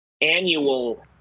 annual